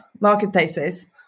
marketplaces